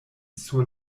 sur